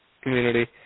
community